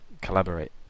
collaborate